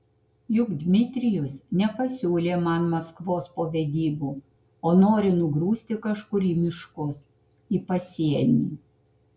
juk dmitrijus nepasiūlė man maskvos po vedybų o nori nugrūsti kažkur į miškus į pasienį